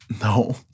No